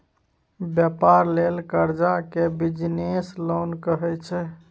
बेपार लेल करजा केँ बिजनेस लोन कहै छै